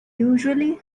usually